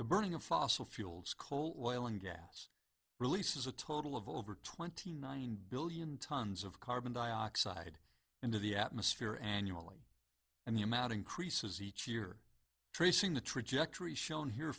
the burning of fossil fuels coal oil and gas releases a total of over twenty nine billion tons of carbon dioxide into the atmosphere annually and the amount increases each year tracing the trajectory shown here